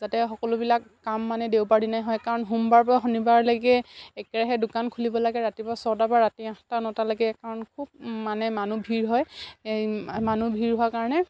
যাতে সকলোবিলাক কাম মানে দেওবাৰ দিনাই হয় কাৰণ সোমবাৰ পৰা শনিবাৰলৈকে একেৰাহে দোকান খুলিব লাগে ৰাতিপুৱা ছটাৰ পৰা ৰাতি আঠটা নটালৈকে কাৰণ খুব মানে মানুহ ভীৰ হয় এই মানুহ ভীৰ হোৱাৰ কাৰণে